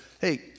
hey